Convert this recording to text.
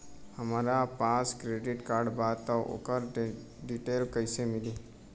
हमरा पास credit card बा त ओकर डिटेल्स कइसे मिली?